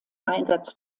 einsatz